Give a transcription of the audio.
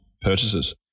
purchases